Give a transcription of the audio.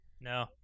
No